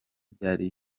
byari